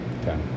okay